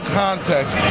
context